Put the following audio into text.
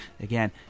again